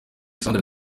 sandra